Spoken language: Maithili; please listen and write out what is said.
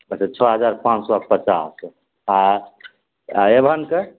अच्छा छओ हजार पाँच सए पचास आ एभनके